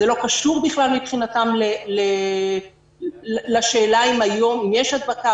זה לא קשור בכלל מבחינתם לשאלה אם היום יש הדבקה